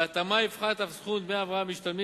ובהתאמה יפחת אף סכום דמי ההבראה המשתלמים.